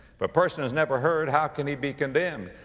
but person has never heard, how can he be condemned?